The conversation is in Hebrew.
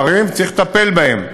אלה דברים שצריך לטפל בהם,